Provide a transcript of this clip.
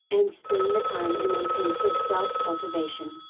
and spend the time in intensive self cultivation.